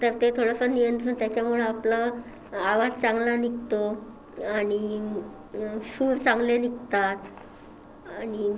तर ते थोडंसं नियंत्रण त्याच्यामुळे आपला आवाज चांगला निघतो आणि सूर चांगले निघतात आणि